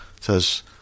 says